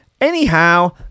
Anyhow